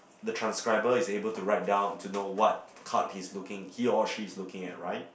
the transcriber is able to write down to know what card he's looking he or she is looking at